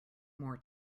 more